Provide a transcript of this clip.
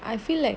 I feel like